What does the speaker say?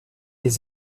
les